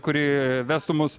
kuri vestų mus